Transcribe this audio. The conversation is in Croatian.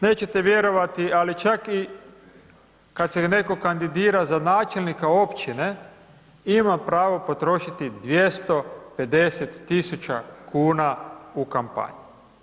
Nećete vjerovati ali čak i kad se netko kandidira za načelnika Općine, ima pravo potrošiti 250 tisuća kuna u kampanji.